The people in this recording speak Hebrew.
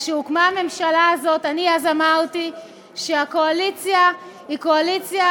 כשהוקמה הממשלה הזאת אני אמרתי שהקואליציה היא קואליציה